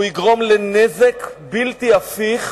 והוא יגרום לנזק בלתי הפיך